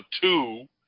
two